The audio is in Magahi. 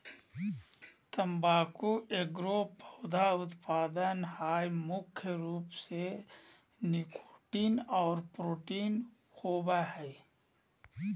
तम्बाकू एगो पौधा उत्पाद हइ मुख्य रूप से निकोटीन और प्रोटीन होबो हइ